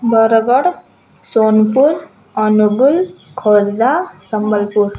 Bargarh Sonepur Angul Khordha Sambalpur